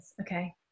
okay